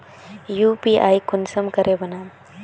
UPI कुंसम करे बनाम?